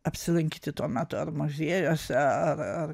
apsilankyti tuo metu ar muziejuose ar ar